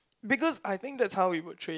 because I think that's how we would train